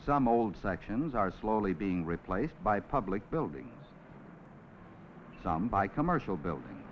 some old sections are slowly being replaced by public buildings some by commercial building